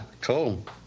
cool